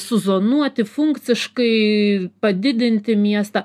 suzonuoti funkciškai padidinti miestą